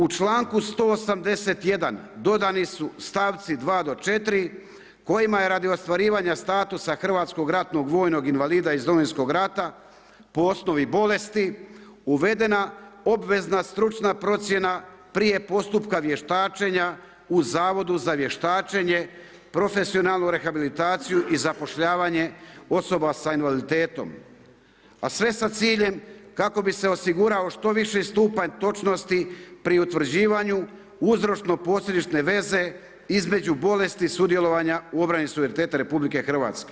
U članku 181. dodani su stavci 2. do 4. kojima je radi ostvarivanja statusa hrvatskog ratnog vojnog invalida iz Domovinskog rata po osnovi bolesti uvedena obvezna stručna procjena prije postupka vještačenja u Zavodu za vještačenje, profesionalnu rehabilitaciju i zapošljavanje osoba za invaliditetom a sve sa ciljem kako bi se osigurao što viši stupanj točnosti pri utvrđivanju uzročno posljedične veze između bolesti sudjelovanja u obrani suvereniteta RH.